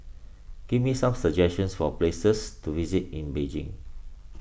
give me some suggestions for places to visit in Beijing